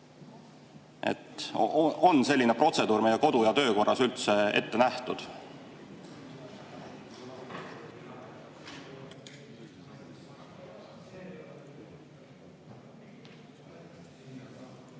On selline protseduur meie kodu‑ ja töökorras üldse ette nähtud?